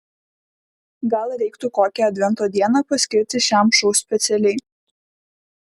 gal reiktų kokią advento dieną paskirti šiam šou specialiai